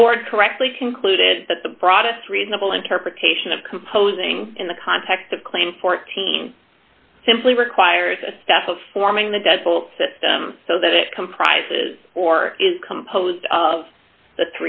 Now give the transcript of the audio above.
the board correctly concluded that the broadest reasonable interpretation of composing in the context of claim fourteen simply requires a staff of forming the deadbolt system so that it comprises or is composed of the